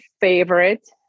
favorite